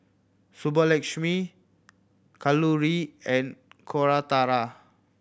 Subbulakshmi Kalluri and Koratala